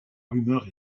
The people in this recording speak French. rumeur